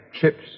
chips